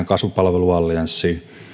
kasvupalveluallianssiin